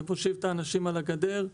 זה מושיב את האנשים על הגדר,